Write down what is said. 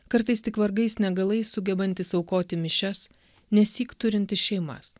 kartais tik vargais negalais sugebantys aukoti mišias nesyk turintys šeimas